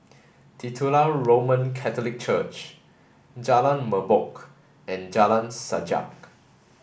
Titular Roman Catholic Church Jalan Merbok and Jalan Sajak